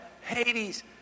Hades